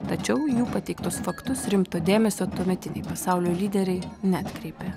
tačiau į jų pateiktus faktus rimto dėmesio tuometiniai pasaulio lyderiai neatkreipė